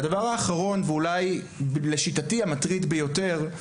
והדבר האחרון, ואולי לשיטתי המטריד ביותר: